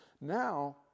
Now